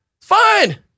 Fine